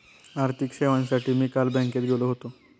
आर्थिक सेवांसाठी मी काल बँकेत गेलो होतो